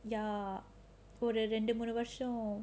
ya ஒரு ரெண்டு மூணு வருஷம்:oru rendu moonu varusham